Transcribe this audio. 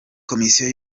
komisiyo